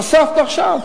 הוספנו עכשיו.